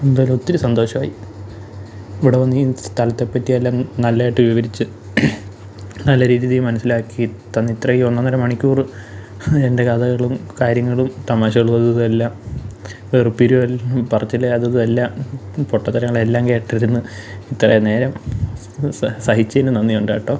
എന്തായാലൊത്തിരി സന്തോഷമായി ഇവിടെ വന്നീ സ്ഥലത്തെ പറ്റിയെല്ലാം നല്ലായിട്ട് വിവരിച്ച് നല്ല രീതി മനസ്സിലാക്കി തന്നിത്രയും ഒന്നൊന്നര മണിക്കൂർ എൻ്റെ കഥകളും കാര്യങ്ങളും തമാശകളും അതും ഇതുമെല്ലാം വെറുപ്പീരുമെല്ലാം പറച്ചിൽ അതും ഇതുമെല്ലാം പൊട്ടത്തരങ്ങളെല്ലാം കേട്ടിരുന്ന് ഇത്രയും നേരം സ സഹിച്ചേന് നന്ദിയുണ്ട് കേട്ടോ